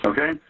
Okay